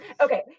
Okay